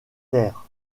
terres